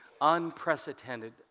unprecedented